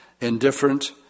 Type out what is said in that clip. indifferent